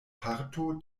parto